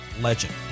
Legend